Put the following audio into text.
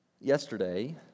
yesterday